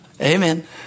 Amen